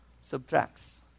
subtracts